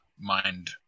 Mind